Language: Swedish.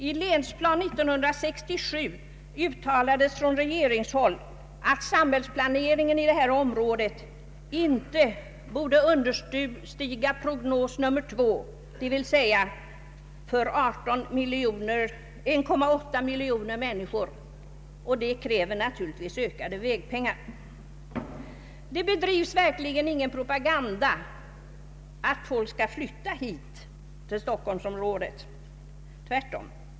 I Länsplan 67 uttalades från regeringshåll att samhällsplaneringen inom detta område inte borde understiga prognos nr 2, d.v.s, en planering för 1,8 miljoner människor, och det kräver naturligtvis mera vägpengar. Det bedrivs verkligen ingen propaganda för att folk skall flytta till Stockholmsområdet — tvärtom.